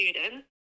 students